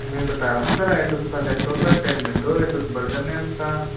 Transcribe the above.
मैं बता रहा हूँ ना सर ऐसुस का लैपटॉप है टेन विंडो है एसुस वर्ज़न है उसका